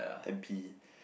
m_p